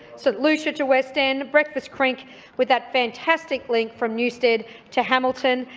st lucia to west end, breakfast creek with that fantastic link from newstead to hamilton,